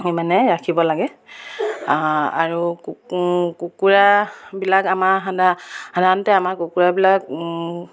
মানে ৰাখিব লাগে আৰু কুকুৰাবিলাক আমাৰ সাধাৰণতে আমাৰ কুকুৰাবিলাক